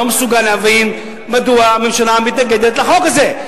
לא מסוגל להבין מדוע הממשלה מתנגדת לחוק הזה.